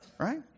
Right